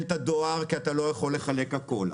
את הדואר כי אני לא יכול לחלק הכול,